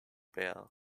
bear